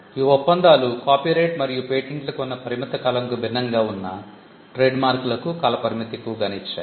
ఈ ఒప్పందాలు కాపీరైట్ మరియు పేటెంట్లకు ఉన్న పరిమిత కాలంకు భిన్నంగా ఉన్న ట్రేడ్మార్క్ లకు కాల పరిమితి ఎక్కువ గానే ఇచ్చాయి